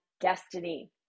destiny